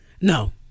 No